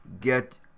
get